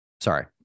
sorry